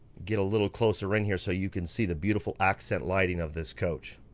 get a little closer in here so you can see the beautiful accent lighting of this coach.